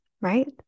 right